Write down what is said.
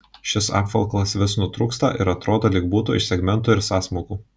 šis apvalkalas vis nutrūksta ir atrodo lyg būtų iš segmentų ir sąsmaukų